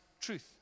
truth